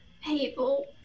people